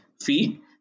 fee